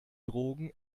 drogen